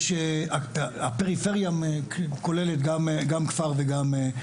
הפריפריה כוללת גם כפר וגם עיר,